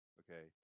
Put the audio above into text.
okay